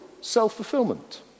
self-fulfillment